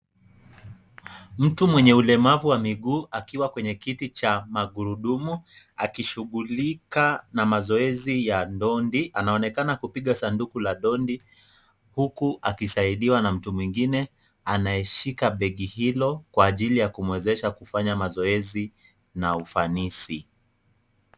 Mtu mwenye ulemavu wa miguu akiwa kwenye kiti cha magurudumu akishughulika na mazoezi ya ndondi. Anaonekana kupiga sanduku la ndondi huku akisaidiwa na mtu mwingine anayeshika begi hilo kwa ajili ya kumwezesha kufanya mazoezi na ufanisi.